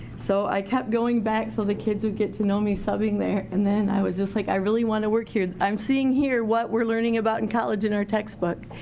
so i kept going back so the kids would get to know me subbing there. and then i was just like, i really wanna work here. i'm seeing here what we're learning about in college in our textbook.